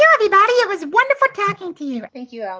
yeah everybody, it was wonderful talking to you. thank you.